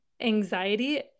anxiety